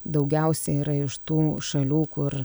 daugiausia yra iš tų šalių kur